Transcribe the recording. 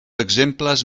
exemples